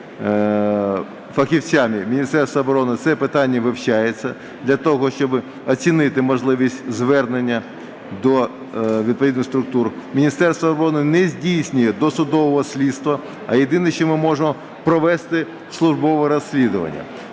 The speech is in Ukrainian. Міністерства оборони це питання вивчається для того, щоб оцінити можливість звернення до відповідних структур. Міністерство оборони не здійснює досудового слідства, а єдине, що ми можемо, провести службове розслідування.